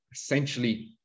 essentially